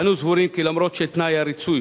אנו סבורים כי אף שתנאי הריצוי